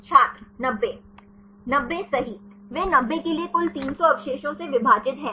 छात्र 90 90 सही वे 90 के लिए कुल 300 अवशेषों से विभाजित हैं